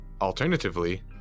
Alternatively